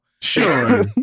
Sure